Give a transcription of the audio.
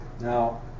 Now